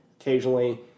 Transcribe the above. occasionally